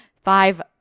five